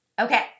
Okay